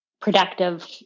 productive